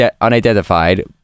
unidentified